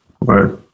right